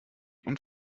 und